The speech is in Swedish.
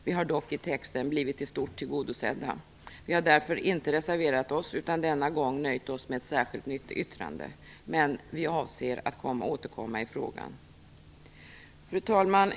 Vi har dock i utskottstexten blivit i stort tillgodosedda. Vi har därför inte reserverat oss utan denna gång nöjt oss med ett särskilt yttrande. Men vi avser att återkomma i frågan. Fru talman!